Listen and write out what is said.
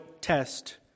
test